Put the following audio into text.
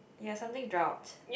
ya something dropped